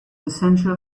essential